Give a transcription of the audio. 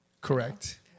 Correct